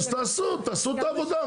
אז תעשו, תעשו את העבודה.